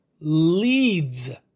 leads